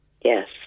Yes